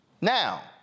Now